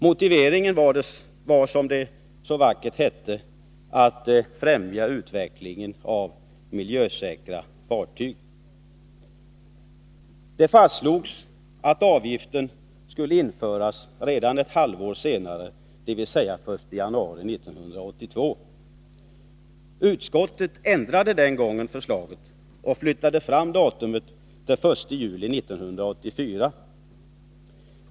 Motiveringen var, som det så vackert hette, att främja utvecklingen av miljösäkra fartyg. Det fastslogs att avgiften skulle införas redan ett halvår senare, dvs. den 1 januari 1982. Utskottet ändrade den gången förslaget och flyttade fram tidpunkten till den 1 juli 1984.